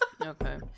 Okay